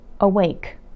awake